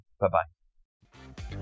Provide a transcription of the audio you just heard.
Bye-bye